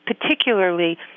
particularly